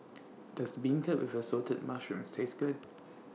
Does Beancurd with Assorted Mushrooms Taste Good